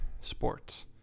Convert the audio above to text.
sports